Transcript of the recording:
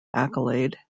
accolade